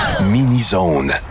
Mini-zone